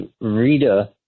Rita